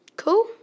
Cool